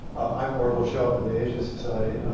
i'm orville schell from the asia society.